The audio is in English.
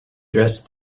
dressed